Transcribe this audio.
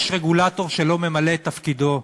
יש רגולטור שלא ממלא את תפקידו,